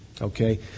Okay